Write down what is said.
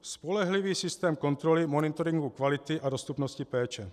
Spolehlivý systém kontroly, monitoringu kvalitu a dostupnosti péče.